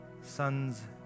sons